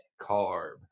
carb